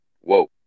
Whoa